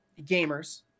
gamers